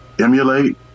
emulate